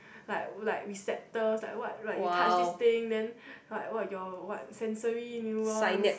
like like receptors like what you touched this thing then like your what your sensory neurons